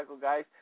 guys